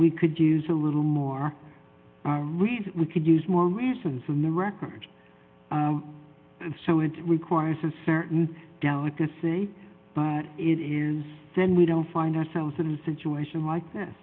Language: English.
we could use a little more i read we could use more reasons than the record so it requires a certain delicacy but it is then we don't find ourselves in a situation like th